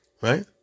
right